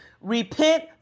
Repent